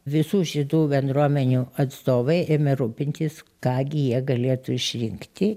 visų šitų bendruomenių atstovai ėmė rūpintis ką gi jie galėtų išrinkti